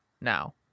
now